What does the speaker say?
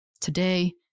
today